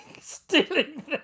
stealing